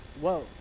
whoa